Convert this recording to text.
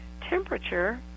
temperature